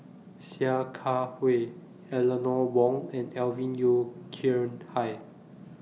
Sia Kah Hui Eleanor Wong and Alvin Yeo Khirn Hai